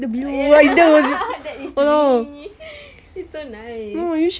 that is me it's so nice